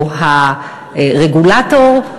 או הרגולטור,